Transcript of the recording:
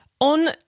on